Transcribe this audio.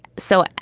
so,